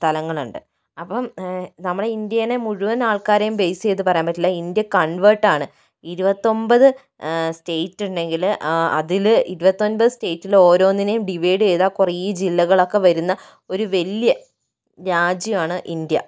സ്ഥലങ്ങളുണ്ട് അപ്പം നമ്മുടെ ഇന്ഡ്യേനെ മുഴുവന് ആള്ക്കാരെയും ബെയിസ് ചെയ്ത് പറയാന് പറ്റില്ല ഇന്ഡ്യ കണ്വേര്ട്ട് ആണ് ഇരുപത്തൊമ്പത് സ്റ്റേറ്റ് ഉണ്ടെങ്കില് അതില് ഇരുപത്തൊമ്പത് സ്റ്റേറ്റിലെ ഓരോന്നിനെയും ഡിവൈഡ് ചെയ്താൽ കുറെ ജില്ലകള് ഒക്കെ വരുന്ന ഒരു വലിയ രാജ്യമാണ് ഇന്ത്യ